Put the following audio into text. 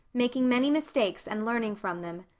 making many mistakes and learning from them.